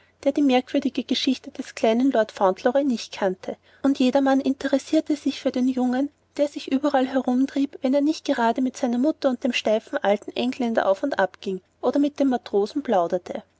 der die merkwürdige geschichte des kleinen lord fauntleroy nicht kannte und jedermann interessierte sich für den jungen der sich überall herumtrieb wenn er nicht gerade mit seiner mutter und dem steifen alten engländer auf und ab ging oder mit den matrosen plauderte